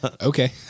okay